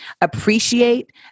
appreciate